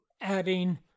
adding